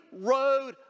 road